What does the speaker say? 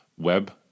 Web